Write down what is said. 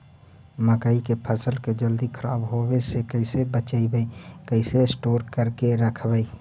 मकइ के फ़सल के जल्दी खराब होबे से कैसे बचइबै कैसे स्टोर करके रखबै?